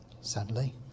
sadly